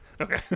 okay